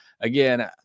again